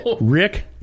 Rick